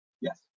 yes